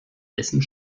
dessen